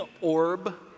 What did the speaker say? orb